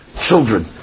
children